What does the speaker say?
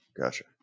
Gotcha